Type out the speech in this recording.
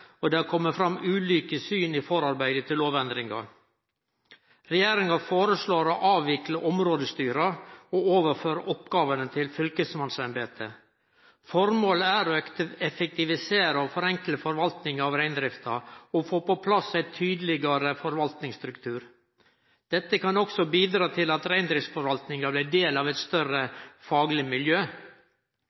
og det har kome fram ulike syn i forarbeidet til lovendringa. Regjeringa foreslår å avvikle områdestyra og overføre oppgåvene til fylkesmannsembetet. Formålet er å effektivisere og forenkle forvaltinga av reindrifta og få på plass ein tydelegare forvaltingsstruktur. Dette kan også bidra til at reindriftsforvaltinga blir del av eit større fagleg miljø.